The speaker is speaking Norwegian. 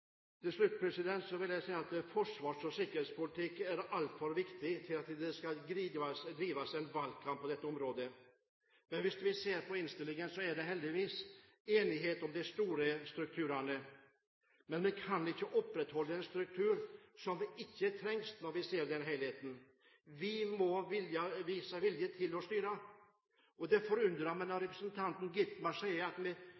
Til slutt vil jeg si at forsvars- og sikkerhetspolitikk er altfor viktig til at det skal drives valgkamp på dette området. Hvis vi ser på innstillingen, er det heldigvis enighet om de store strukturene. Men vi kan ikke opprettholde en struktur som ikke trengs når vi ser på helheten. Vi må vise vilje til å styre. Det forundrer meg når representanten Skovholt Gitmark sier at